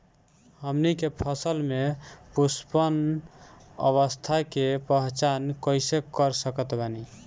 हमनी के फसल में पुष्पन अवस्था के पहचान कइसे कर सकत बानी?